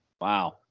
Wow